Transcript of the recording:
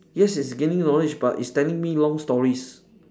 yes it's gaining knowledge but it's telling me long stories